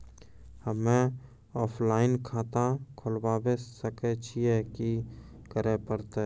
हम्मे ऑफलाइन खाता खोलबावे सकय छियै, की करे परतै?